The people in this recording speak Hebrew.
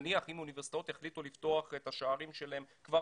נניח אם האוניברסיטאות יחליטו לפתוח את השערים שלהם כבר